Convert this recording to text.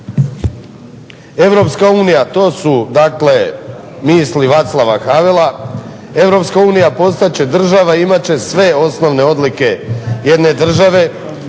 Europska unija, to su dakle misli Vaclava Havela, EU postat će država i imat će sve osnovne odlike jedne države.